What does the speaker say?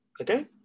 okay